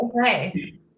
Okay